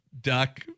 Duck